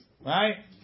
Right